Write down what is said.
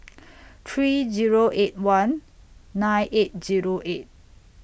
three Zero eight one nine eight Zero eight